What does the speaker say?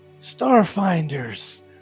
Starfinders